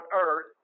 earth